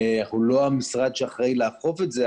אנחנו לא המשרד שאחראי לאכוף את זה,